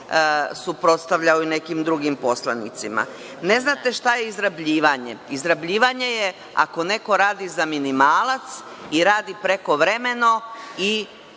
suprotstavljao i nekim drugim poslanicima. Ne znate šta je izrabljivanje. Izrabljivanje je ako neko radi za minimalac i radi prekovremeno i